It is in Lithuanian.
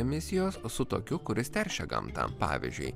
emisijos su tokiu kuris teršia gamtą pavyzdžiui